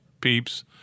peeps